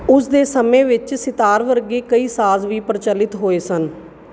ਉਸ ਦੇ ਸਮੇਂ ਵਿੱਚ ਸਿਤਾਰ ਵਰਗੇ ਕਈ ਸਾਜ਼ ਵੀ ਪ੍ਰਚਲਿਤ ਹੋਏ ਸਨ